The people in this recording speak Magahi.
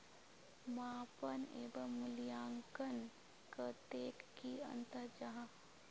मापन एवं मूल्यांकन कतेक की अंतर जाहा?